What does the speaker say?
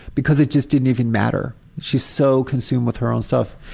because it just didn't even matter. she's so consumed with her own stuff.